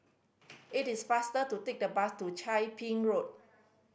it is faster to take the bus to Chia Ping Road